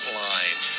line